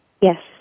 Yes